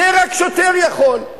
רק שוטר יכול.